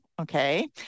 Okay